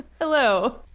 Hello